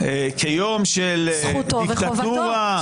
כיום של דיקטטורה.